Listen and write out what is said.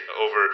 over